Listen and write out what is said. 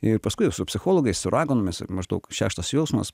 ir paskui jau su psichologais su raganomis ir maždaug šeštas jausmas